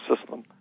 system